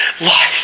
life